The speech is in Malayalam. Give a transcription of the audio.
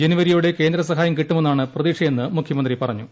ജനുവരിയോടെ കേന്ദ്ര സഹായം കിട്ടുമെന്നാണ് പ്രതീക്ഷയെന്ന് മുഖ്യമന്ത്രി പറഞ്ഞു